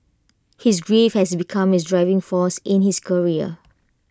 his grief has become his driving force in his career